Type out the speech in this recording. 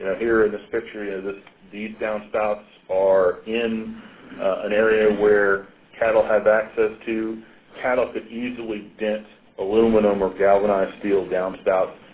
here, in this picture, yeah these downspouts are in an area where cattle have access to cattle can easily dent aluminum or galvanized steel downspouts,